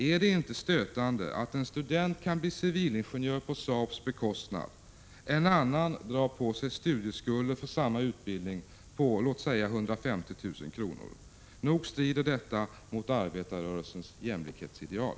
Är det inte stötande att en student kan bli civilingenjör på Saabs bekostnad, medan en annan drar på sig studieskulder för samma utbildning på låt oss säga 150 000 kr.? Nog strider detta mot arbetarrörelsens jämlikhetsideal.